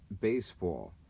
baseball